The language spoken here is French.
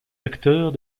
acteurs